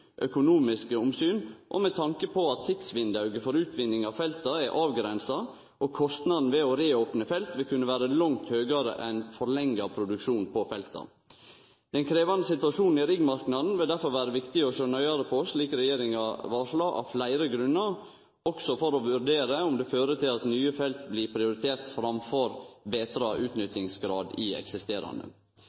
økonomiske omsyn og med tanke på at tidsvindauget for utvinninga av felta er avgrensa og kostnaden ved å reopne felt vil kunne vere langt høgare enn forlengja produksjon på felta. Den krevjande situasjonen i riggmarknaden vil derfor vere viktig å sjå nøyare på – slik regjeringa varslar – av fleire grunnar, også for å vurdere om det fører til at nye felt blir prioriterte framfor betra utnyttingsgrad i eksisterande